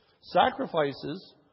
Sacrifices